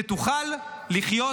שתוכל לחיות